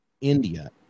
India